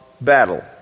battle